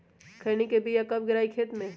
खैनी के बिया कब गिराइये खेत मे?